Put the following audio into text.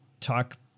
talk